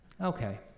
okay